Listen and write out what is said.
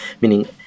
meaning